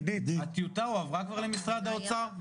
עידית, הטיוטה כבר הועברה למשרד האוצר?